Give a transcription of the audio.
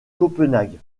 copenhague